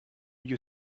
you